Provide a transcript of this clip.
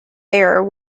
error